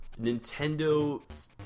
Nintendo